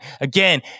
Again